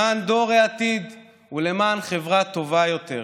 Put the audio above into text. למען דור העתיד ולמען חברה טובה יותר.